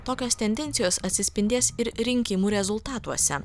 tokios tendencijos atsispindės ir rinkimų rezultatuose